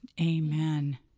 Amen